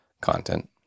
content